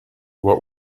what